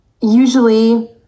usually